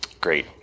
Great